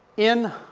in,